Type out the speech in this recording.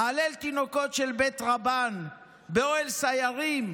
אהלל תינוקות של בית רבן באוהל סיירים,